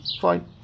fine